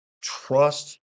Trust